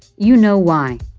you know why.